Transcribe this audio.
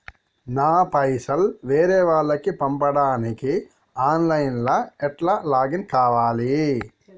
నా పైసల్ వేరే వాళ్లకి పంపడానికి ఆన్ లైన్ లా ఎట్ల లాగిన్ కావాలి?